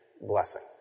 blessing